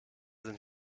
sind